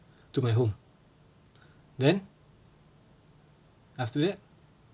to my home then after that